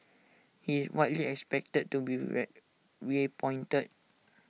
he is widely expected to be red reappointed